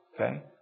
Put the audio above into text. Okay